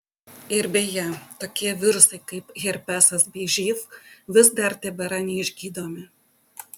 ir beje tokie virusai kaip herpesas bei živ vis dar tebėra neišgydomi